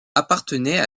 appartenaient